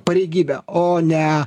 pareigybė o ne